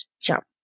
jump